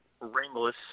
Ringless